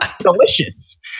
Delicious